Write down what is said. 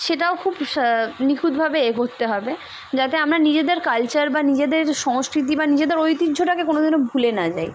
সেটাও খুব নিখুঁতভাবে এ করতে হবে যাতে আমরা নিজেদের কালচার বা নিজেদের যে সংস্কৃতি বা নিজেদের ঐতিহ্যটাকে কোনোদিনও ভুলে না যাই